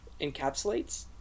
encapsulates